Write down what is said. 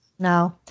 No